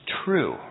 true